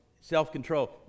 self-control